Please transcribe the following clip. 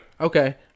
Okay